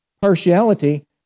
partiality